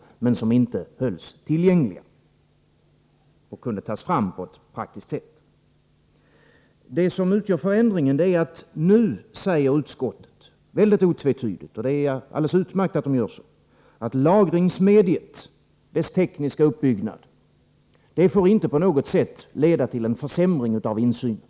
Det gäller alltså uppgifter som inte hållits tillgängliga och som inte kunnat tas fram på ett praktiskt sätt. Det som utgör förändringen är att utskottet nu helt otvetydigt säger — och det är alldeles utmärkt — att lagringsmediet och dess tekniska uppbyggnad inte på något sätt får leda till en försämring av insynen.